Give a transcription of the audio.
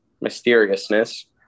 mysteriousness